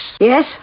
Yes